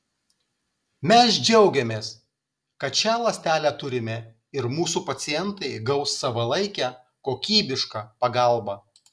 mes džiaugiamės kad šią ląstelę turime ir mūsų pacientai gaus savalaikę kokybišką pagalbą